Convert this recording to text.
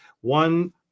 one